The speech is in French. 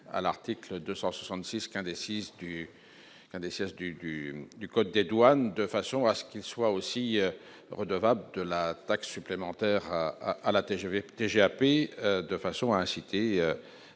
un des chefs du du du code des douanes, de façon à ce qu'il soit aussi redevables de la taxe supplémentaire à la TGV TGAP, de façon à inciter